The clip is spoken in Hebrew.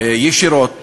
ישירות